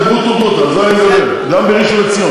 במקרה הזה עדיף שהמאגר יישאר באדמה.